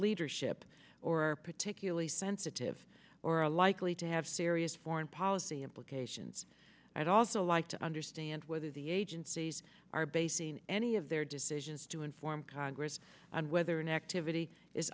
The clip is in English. leadership or are particularly sensitive or a likely to have serious foreign policy implications i'd also like to understand whether the agencies are basing any of their decisions to inform congress on whether an activity is